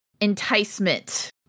enticement